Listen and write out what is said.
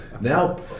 Now